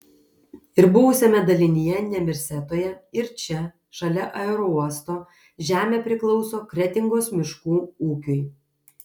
ir buvusiame dalinyje nemirsetoje ir čia šalia aerouosto žemė priklauso kretingos miškų ūkiui